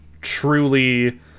truly